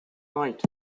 night